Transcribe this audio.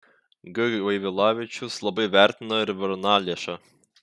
g vaivilavičius labai vertina ir varnalėšą